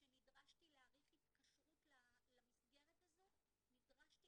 כשנדרשתי להאריך התקשרות למסגרת הזו נדרשתי